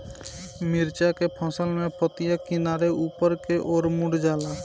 मिरचा के फसल में पतिया किनारे ऊपर के ओर मुड़ जाला?